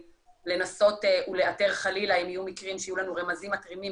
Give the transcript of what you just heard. לנסות ולאתר אם יהיו מקרים שיהיו לנו רמזים מתרימים,